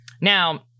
Now